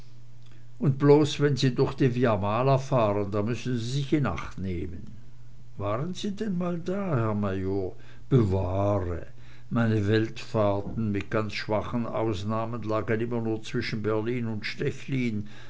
und bloß wenn sie durch die via mala fahren da müssen sie sich in acht nehmen waren sie denn mal da herr major bewahre meine weltfahrten mit ganz schwachen ausnahmen lagen immer nur zwischen berlin und stechlin